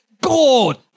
God